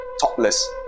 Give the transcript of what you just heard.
topless